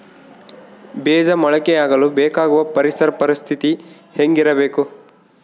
ಬೇಜ ಮೊಳಕೆಯಾಗಲು ಬೇಕಾಗುವ ಪರಿಸರ ಪರಿಸ್ಥಿತಿ ಹೇಗಿರಬೇಕು?